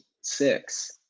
six